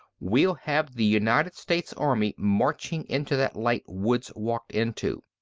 we'll have the united states army marching into that light woods walked into!